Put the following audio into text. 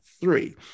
three